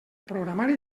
programari